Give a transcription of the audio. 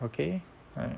okay